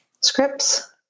scripts